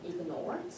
ignored